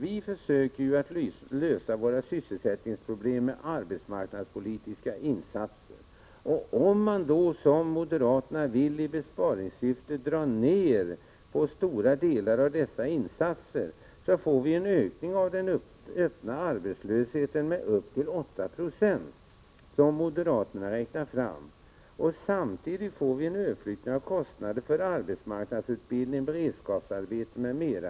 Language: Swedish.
Vi försöker lösa sysselsättningsproblemen genom arbetsmarknadspolitiska insatser. Om man drar ned på en stor del av dessa insatser — och det är ju vad moderaterna i besparingssyfte vill göra — blir det en ökning av den öppna arbetslösheten med upp till 8 20. Samtidigt blir det en överflyttning av kostnaderna när det gäller arbetsmarknadsutbildning, beredskapsarbete m.m.